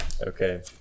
Okay